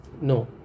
No